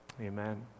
Amen